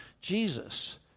Jesus